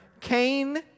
Cain